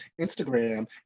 Instagram